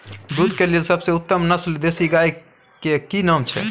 दूध के लेल सबसे उत्तम नस्ल देसी गाय के की नाम छै?